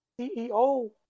CEO